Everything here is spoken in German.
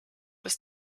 ist